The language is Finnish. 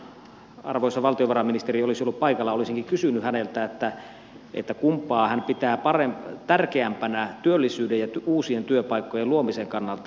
jos arvoisa valtiovarainministeri olisi ollut paikalla olisinkin kysynyt häneltä kumpaa hän pitää tärkeämpänä työllisyyden ja uusien työpaikkojen luomisen kannalta